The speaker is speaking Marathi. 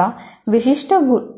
एक